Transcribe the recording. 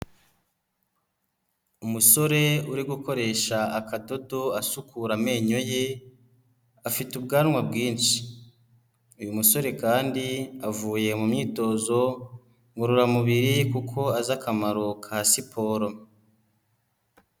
Umusore uri gukoresha akadodo asukura amenyo ye afite ubwanwa bwinshi. Uyu musore kandi avuye mu myitozo ngororamubiri kuko azi akamaro ka siporo.